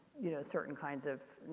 you know, certain kinds of,